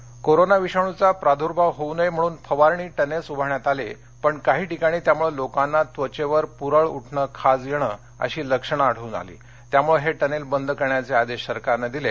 वारणी tunnel corona विषाणुचा प्रादूर्भाव होऊ नये म्हणून फवारणी टनेल्स उभारण्यात आले पण काही ठिकाणी त्यामुळे लोकांना त्वचेवर पुरळ उठणे खाज येणे अशी लक्षणे आढळून आली त्यामुळे हे टनेल बंद करण्याचे आदेश सरकारने दिले